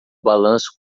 balanço